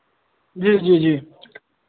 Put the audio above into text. जी जी जी